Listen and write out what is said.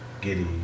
giddy